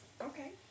Okay